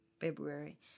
February